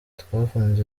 twafunze